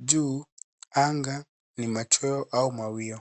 Juu anga ni machweo au mawio.